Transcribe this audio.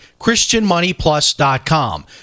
christianmoneyplus.com